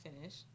finish